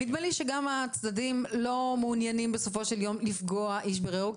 נדמה לי שגם הצדדים לא מעוניינים בסופו של יום לפגוע איש ברעהו,